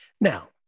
Now